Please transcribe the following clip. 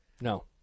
No